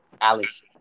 Alex